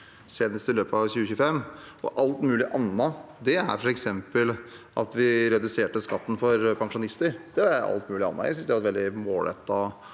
senest i løpet av 2025. Alt mulig annet er f.eks. at vi reduserte skatten for pensjonister. Det er alt mulig annet. Jeg synes det var et veldig målrettet